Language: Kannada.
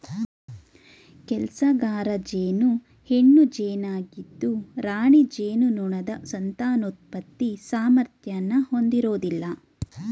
ಕೆಲ್ಸಗಾರ ಜೇನು ಹೆಣ್ಣು ಜೇನಾಗಿದ್ದು ರಾಣಿ ಜೇನುನೊಣದ ಸಂತಾನೋತ್ಪತ್ತಿ ಸಾಮರ್ಥ್ಯನ ಹೊಂದಿರೋದಿಲ್ಲ